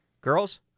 girls